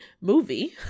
movie